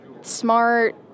smart